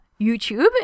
YouTube